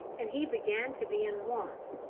and he began to be in want,